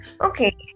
okay